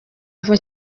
ava